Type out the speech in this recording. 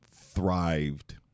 thrived